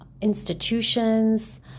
institutions